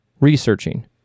researching